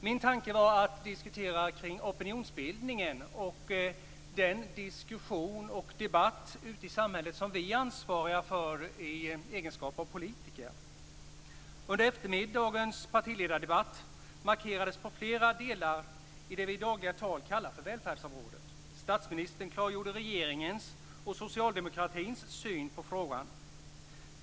Min tanke var att diskutera kring opinionsbildningen, den diskussion och debatt ute i samhället som vi är ansvariga för i egenskap av politiker. Under förmiddagens partiledardebatt markerades flera delar av det vi i dagligt tal kallar för välfärdsområdet. Statsministern klargjorde regeringens och socialdemokratins syn på frågan.